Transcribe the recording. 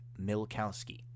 Milkowski